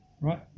Right